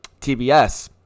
TBS